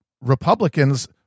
Republicans